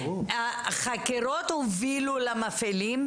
החקירות הובילו למפעילים?